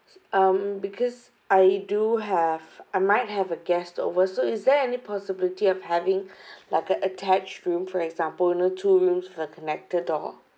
um because I do have I might have a guest over so is there any possibility of having like an attached room for example you know two rooms with a connected door